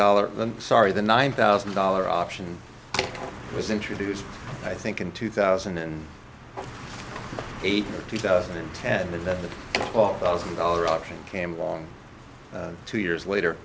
dollars sorry the nine thousand dollar option was introduced i think in two thousand and eight or two thousand and ten that the off thousand dollar option came along two years later